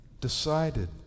decided